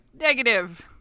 negative